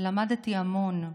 למדתי המון.